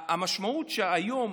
המשמעות היא שהיום,